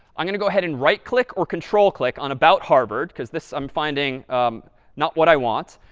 i'm going to go ahead and right-click or control-click on about harvard, because this i'm finding um not what i want.